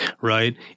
right